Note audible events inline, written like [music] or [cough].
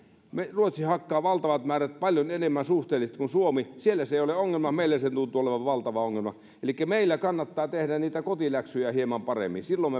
ruotsi hakkaa valtavat määrät paljon enemmän suhteellisesti kuin suomi siellä se ei ole ongelma meillä se tuntuu olevan valtava ongelma elikkä meillä kannattaa tehdä niitä kotiläksyjä hieman paremmin silloin [unintelligible]